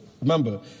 remember